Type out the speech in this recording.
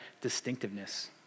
distinctiveness